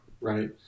right